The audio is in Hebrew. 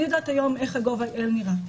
אני יודעת היום איך ה-gov.il נראה,